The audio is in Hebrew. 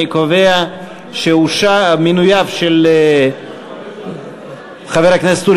אני קובע שאושר מינויו של חבר הכנסת אורי